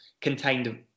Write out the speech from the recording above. contained